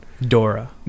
Dora